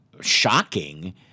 shocking